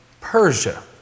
Persia